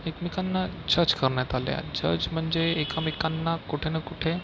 एकमेकांना झझ करण्यात आलं आहे जज म्हणजे एकमेकांना कुठे ना कुठे